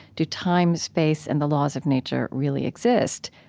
do time, space, and the laws of nature really exist?